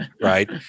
right